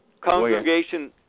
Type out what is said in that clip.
congregation